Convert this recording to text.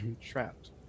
Trapped